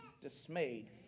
dismayed